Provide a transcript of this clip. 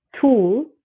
tool